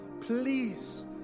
please